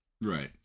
Right